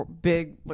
big